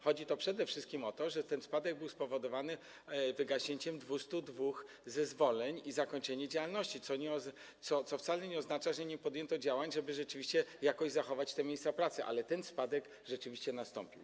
Chodzi przede wszystkim o to, że ten spadek był spowodowany wygaśnięciem 202 zezwoleń i zakończeniem działalności, co wcale nie oznacza, że nie podjęto działań, żeby rzeczywiście jakoś zachować te miejsca pracy, ale ten spadek rzeczywiście nastąpił.